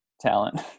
talent